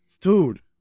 Dude